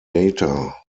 data